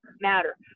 matter